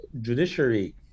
judiciary